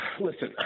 listen